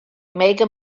mega